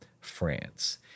France